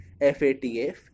FATF